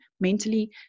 mentally